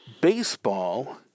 Baseball